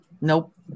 Nope